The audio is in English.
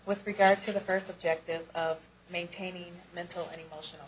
with regard to the first objective of maintaining mental and emotional